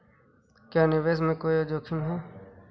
क्या निवेश में कोई जोखिम है?